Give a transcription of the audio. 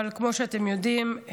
אבל כמו שאתם יודעים,